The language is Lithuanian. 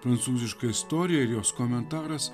prancūziška istorija ir jos komentaras